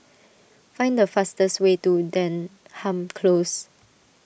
find the fastest way to Denham Close